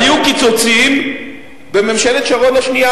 היו קיצוצים בממשלת שרון השנייה,